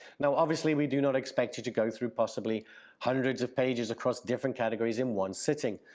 now, obviously, we do not expect you to go through possibly hundreds of pages across different categories in one sitting,